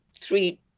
three